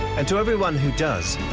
and to everyone who does,